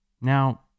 Now